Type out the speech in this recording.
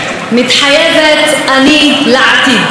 מתחייבת אני לעתיד.